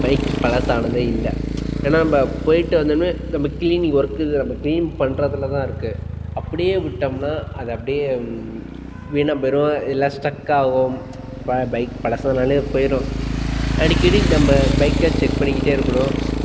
bike பழசானதே இல்லை ஏன்னால் நம்ம போய்விட்டு வந்தவோன்னே நம்ம க்ளீனிங் ஒர்க்கு நம்ம க்ளீன் பண்ணுறதுல தான் இருக்குது அப்படியே விட்டம்னா அதை அப்படியே வீணாக போயிடும் இல்லை ஸ்ட்ரக் ஆகும் இப்போ பைக் பழசானாலே போயிடும் அடிக்கடி நம்ம பைக்கை செக் பண்ணிக்கிட்டே இருக்கணும்